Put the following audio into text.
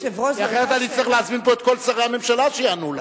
אחרת אני אצטרך להזמין לפה את כל שרי הממשלה שיענו לך.